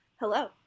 Hello